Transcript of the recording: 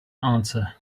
answer